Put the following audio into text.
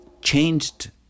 changed